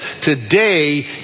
today